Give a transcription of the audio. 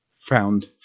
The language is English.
found